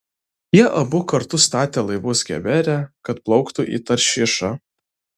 jie abu kartu statė laivus gebere kad plauktų į taršišą